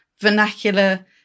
vernacular